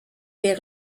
les